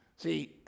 See